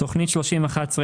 שינויים בתקציב.